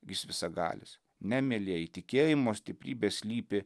jis visagalis ne mielieji tikėjimo stiprybė slypi